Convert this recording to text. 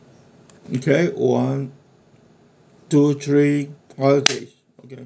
okay one two three holiday okay